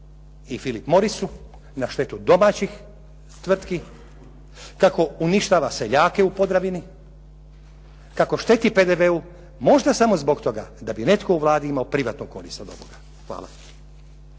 i Phillip Morrisu na štetu domaćih tvrtki, tako uništava seljake u podravini, kako šteti PDV-u, možda samo zbog toga da bi netko u Vladi imao privatnu korist od ovoga. Hvala.